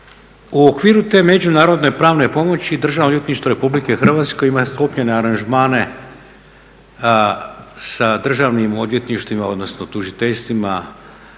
U okviru te međunarodne pravne pomoći Državno odvjetništvo Republike Hrvatske ima sklopljene aranžmane sa Državnim odvjetništvima odnosno tužiteljstvima